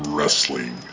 Wrestling